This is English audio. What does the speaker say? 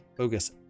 focus